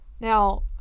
Now